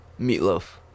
meatloaf